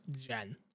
gen